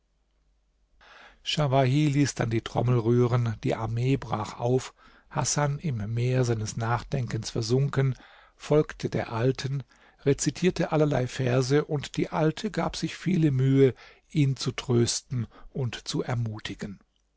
schawahi ließ dann die trommel rühren die armee brach auf hasan im meer seines nachdenkens versunken folgte der alten rezitierte allerlei verse und die alte gab sich viele mühe ihn zu trösten und zu ermutigen